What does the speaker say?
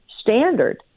standard